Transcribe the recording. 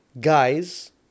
guys